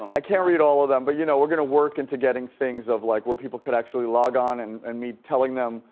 i can't read all of them, but you know, we're gonna work into getting things of like, where people could actually log on and and me telling them,